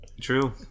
True